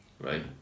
Right